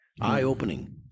eye-opening